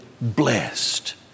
blessed